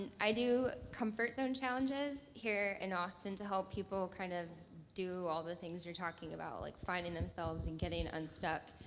i do comfort zone challenges here in austin to help people kind of do all the things you're talking about, like finding themselves and getting unstuck.